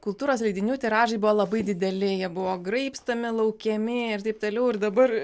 kultūros leidinių tiražai buvo labai dideli jie buvo graibstomi laukiami ir taip toliau ir dabar